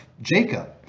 Jacob